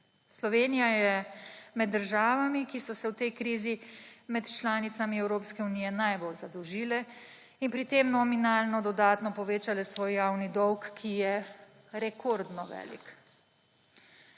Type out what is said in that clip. Slovenija je med državami, ki so se v tej krizi med članicami EU najbolj zadolžile in pri tem nominalno dodatno povečale svoj javni dolg, ki je rekordno velik.